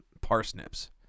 Parsnips